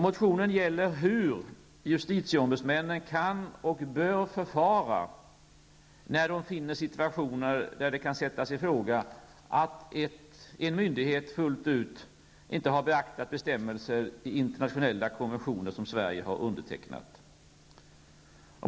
Motionen gäller hur justitieombudsmännen kan och bör förfara när de finner situationer där det kan sättas i fråga att en myndighet fullt ut inte har beaktat bestämmelser i internationella konventioner vilka Sverige har undertecknat.